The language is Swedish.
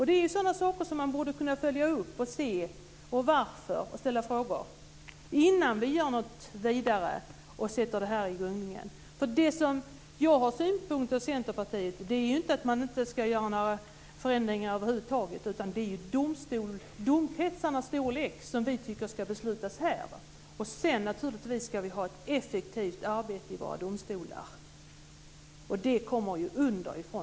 Det är sådana saker som man borde kunna följa upp och se på och ställa frågor kring innan vi gör något vidare och sätter det här i gungning. Det som jag har synpunkter på är inte att man inte ska göra några förändringar över huvud taget. Det är domkretsarnas storlek som vi tycker ska beslutas här. Naturligtvis ska vi ha ett effektivt arbete i våra domstolar, och det arbetet kommer underifrån.